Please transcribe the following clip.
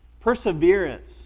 Perseverance